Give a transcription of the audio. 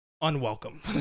Unwelcome